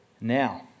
now